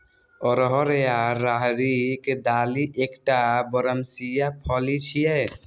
अरहर या राहरिक दालि एकटा बरमसिया फली छियै